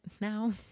now